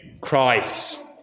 Christ